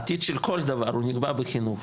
העתיד של כל דבר הוא נקבע בחינוך,